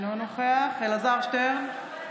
אינו נוכח אלעזר שטרן,